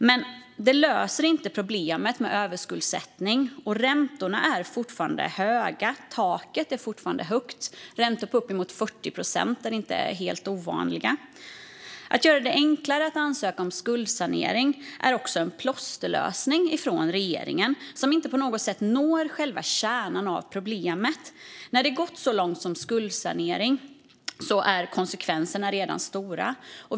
Men det löser inte problemet med överskuldsättningen, och taket för räntor är fortfarande högt. Räntor på uppemot 40 procent är inte helt ovanliga. Att göra det enklare att ansöka om skuldsanering är också en plåsterlösning från regeringen, och den når inte på något sätt själva kärnan av problemet. När det har gått så långt som till skuldsanering är konsekvenserna redan stora.